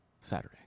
saturday